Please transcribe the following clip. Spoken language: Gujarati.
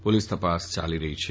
પોલીસ તપાસ ચાલી રફી છે